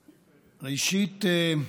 אישית,